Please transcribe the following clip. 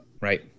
right